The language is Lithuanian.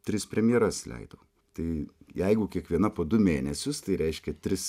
tris premjeras leidau tai jeigu kiekviena po du mėnesius tai reiškia tris